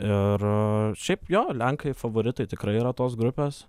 ir šiaip jo lenkai favoritai tikrai yra tos grupės